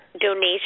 donation